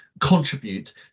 contribute